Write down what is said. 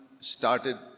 started